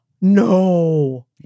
no